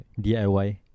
DIY